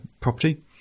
property